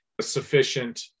sufficient